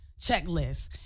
checklist